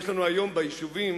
יש לנו היום ביישובים,